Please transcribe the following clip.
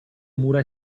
mura